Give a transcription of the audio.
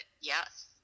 yes